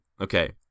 Okay